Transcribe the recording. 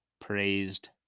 praised